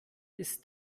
ist